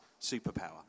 superpower